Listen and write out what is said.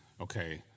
okay